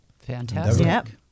Fantastic